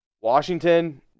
Washington